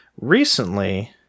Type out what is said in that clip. recently